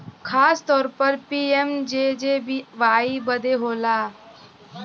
खासतौर पर पी.एम.जे.जे.बी.वाई बदे होला